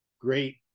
great